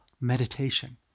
meditation